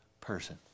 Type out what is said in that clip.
person